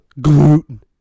Gluten